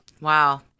Wow